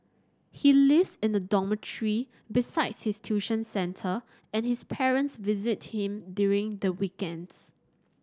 he lives in a dormitory besides his tuition centre and his parents visit him during the weekends